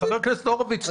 חבר הכנסת הורוביץ,